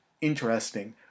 interesting